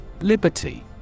Liberty